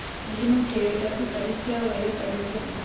భీమా చేయుటకు గరిష్ట వయోపరిమితి ఎంత?